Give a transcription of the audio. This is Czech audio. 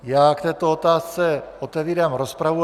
Já k této otázce otevírám rozpravu.